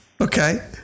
Okay